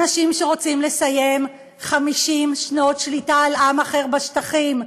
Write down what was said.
אנשים שרוצים לסיים 50 שנות שליטה על עם אחר בשטחים,